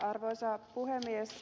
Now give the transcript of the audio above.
arvoisa puhemies